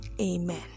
Amen